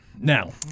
Now